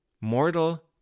mortal